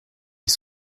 les